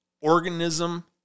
Organism